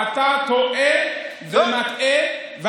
אתה טועה ומטעה.